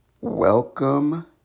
welcome